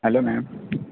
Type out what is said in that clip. hello ma'am